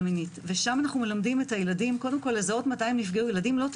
מינית ושם אנחנו מלמדים את הילדים קודם כל לזהות מתי הם נפגעו.